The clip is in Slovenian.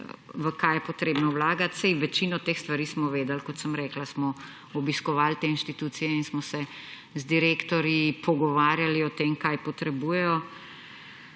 v kaj je treba vlagati. Saj večino teh stvari smo vedeli, kot sem rekla, smo obiskovali te institucije in smo se z direktorji pogovarjali o tem, kaj potrebujejo.